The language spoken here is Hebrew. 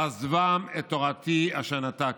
"על עזבם את תורתי אשר נתתי,